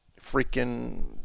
freaking